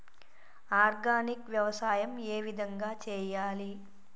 Organic వ్యవసాయం ఏ విధంగా చేయాలి?